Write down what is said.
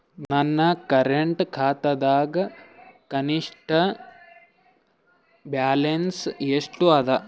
ನನ್ನ ಕರೆಂಟ್ ಖಾತಾದಾಗ ಕನಿಷ್ಠ ಬ್ಯಾಲೆನ್ಸ್ ಎಷ್ಟು ಅದ